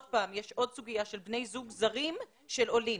יש עוד סוגיה של בני זוג זרים של עולים,